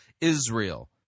Israel